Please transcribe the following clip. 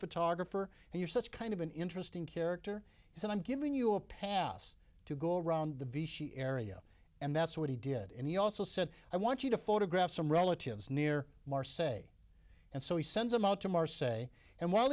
photographer and you're such kind of an interesting character he said i'm giving you a pass to go around the vichy area and that's what he did and he also said i want you to photograph some relatives near marsay and so he sends them out to marsay and while